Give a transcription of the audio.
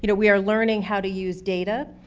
you know we are learning how to use data.